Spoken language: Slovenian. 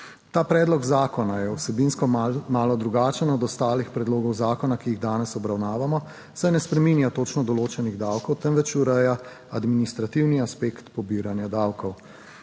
Ta predlog zakona je vsebinsko malo drugačen od ostalih predlogov zakona, ki jih danes obravnavamo, saj ne spreminja točno določenih davkov, temveč ureja administrativni aspekt pobiranja davkov.